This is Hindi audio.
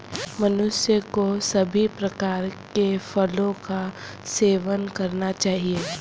मनुष्य को सभी प्रकार के फलों का सेवन करना चाहिए